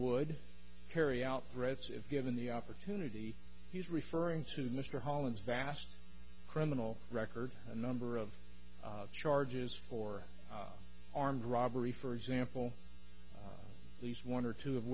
would carry out threats if given the opportunity he's referring to mr holland's vast criminal record a number of charges for armed robbery for example at least one or two of